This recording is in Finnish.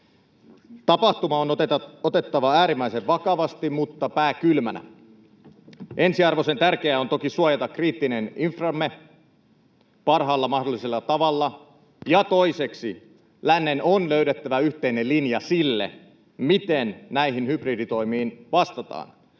Tapahtuma on otettava äärimmäisen vakavasti mutta pää kylmänä. Ensiarvoisen tärkeää on toki suojata kriittinen inframme parhaalla mahdollisella tavalla, ja toiseksi lännen on löydettävä yhteinen linja sille, miten näihin hybriditoimiin vastataan.